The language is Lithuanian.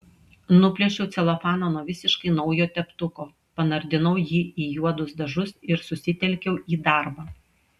nuplėšiau celofaną nuo visiškai naujo teptuko panardinau jį į juodus dažus ir susitelkiau į darbą